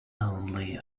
lonely